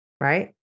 Right